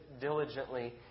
diligently